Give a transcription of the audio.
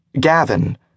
Gavin